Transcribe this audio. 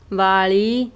ਵਾਲੀ